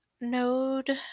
node